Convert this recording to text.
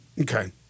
Okay